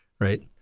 Right